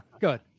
Good